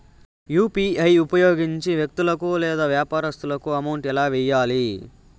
UPI ఉపయోగించి వ్యక్తులకు లేదా వ్యాపారస్తులకు అమౌంట్ ఎలా వెయ్యాలి